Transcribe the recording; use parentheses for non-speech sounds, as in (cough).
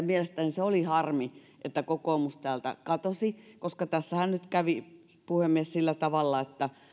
(unintelligible) mielestäni oli harmi että kokoomus täältä katosi koska tässähän nyt kävi puhemies sillä tavalla että